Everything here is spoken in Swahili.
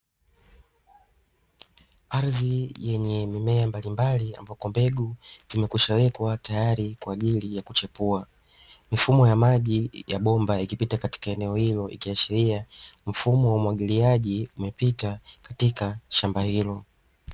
Ardhi yenye mimea mbalimbali, ambako mbegu zimeshawekwa tayari kwa ajili ya kuchepua. Mifumo ya maji ya bomba yakipita katika eneo hilo yakiashiria mfumo wa umwagiliaji umepita katika shamba hilo.